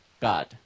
God